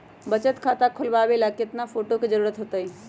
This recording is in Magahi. बचत खाता खोलबाबे ला केतना फोटो के जरूरत होतई?